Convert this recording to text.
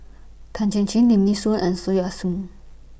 Tan Chin Chin Lim Nee Soon and Soon Ah Seng